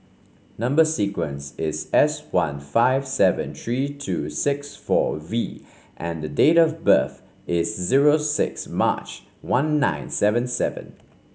number sequence is S one five seven three two six four V and date of birth is zero six March one nine seven seven